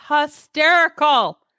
hysterical